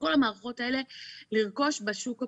כל המערכות האלה, לרכוש בשוק הפרטי.